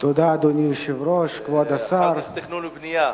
אחר כך תכנון ובנייה.